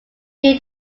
did